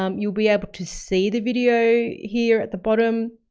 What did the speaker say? um you'll be able to see the video here at the bottom.